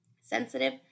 sensitive